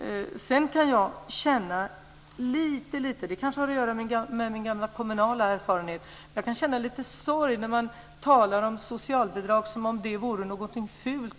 Sedan kan jag känna - det kanske har att göra med min gamla kommunala erfarenhet - lite sorg när man talar föraktfullt om socialbidrag som om det vore någonting fult.